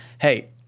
hey